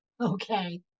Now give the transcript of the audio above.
okay